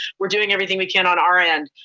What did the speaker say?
we're doing everything we can on our end,